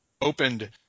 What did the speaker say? opened